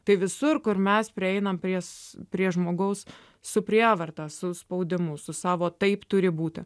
tai visur kur mes prieinam prie sa prie žmogaus su prievarta su spaudimu su savo taip turi būti